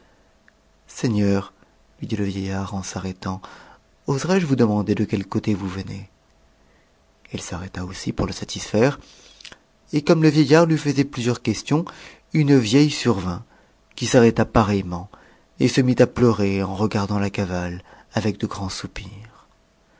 seigneur lui dit le vieillard en s'arrêtant oserais-je vous demander de quel côté vous venez il s'arrêta aussi pour le satisfaire et comme te vieillard lui faisait plusieurs questions une vieille survint qui s'arrêta pareillement et se mit à pleurer en regardant la cavale avec de grands soupirs